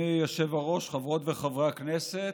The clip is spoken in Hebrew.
אדוני היושב-ראש, חברות וחברי הכנסת,